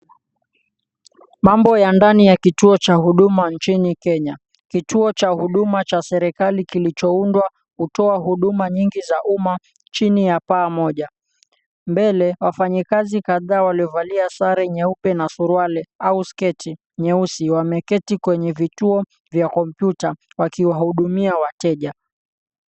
Mambo ya ndani ya kituo cha huduma nchini Kenya. Kituo cha huduma cha serikali kilichoundwa hutoa huduma nyingi za umma chini ya paa moja. Mbele, wafanyakazi kadhaa waliovalia sare nyeupe na suruali au sketi nyeusi wameketi kwenye vituo vya kompyuta wakiwahudumia wateja.